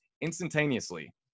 instantaneously